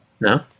No